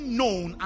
known